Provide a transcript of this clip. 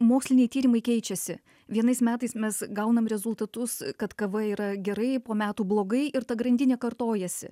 moksliniai tyrimai keičiasi vienais metais mes gaunam rezultatus kad kava yra gerai po metų blogai ir ta grandinė kartojasi